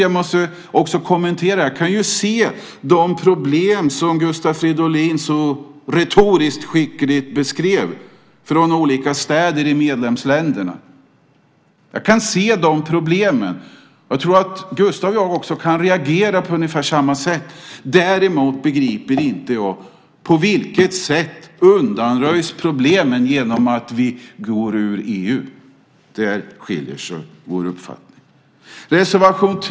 Jag kan se de problem som Gustav Fridolin så retoriskt skickligt beskrev från olika städer i medlemsländerna. Jag tror att Gustav och jag också kan reagera på ungefär samma sätt. Däremot begriper inte jag på vilket sätt problemen undanröjs genom att vi går ur EU. Där skiljer sig våra uppfattningar. Fru talman!